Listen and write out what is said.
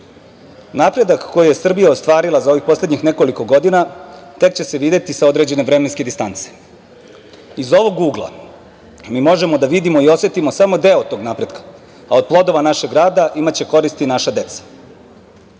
nasleđe. Napredak koji je Srbija ostvarila za ovih nekoliko godina tek će se videti sa određene vremenske distance. Iz ovog ugla možemo da vidimo i osetimo samo deo tog napretka, a od plodova našeg rada imaće koristi naša deca. Zbog